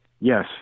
Yes